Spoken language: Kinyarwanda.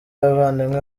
abavandimwe